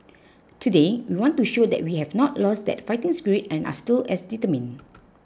today we want to show that we have not lost that fighting spirit and are still as determined